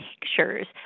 pictures